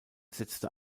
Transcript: setzte